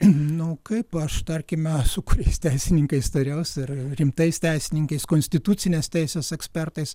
nu kaip aš tarkime su kuriais teisininkais tariaus ir rimtais teisininkais konstitucinės teisės ekspertais